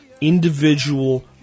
individual